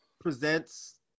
Presents